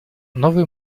новый